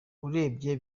urebye